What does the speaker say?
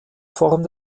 form